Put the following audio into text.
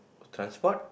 transport